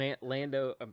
Lando